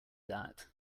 that